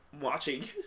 watching